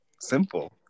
simple